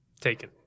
taken